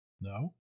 No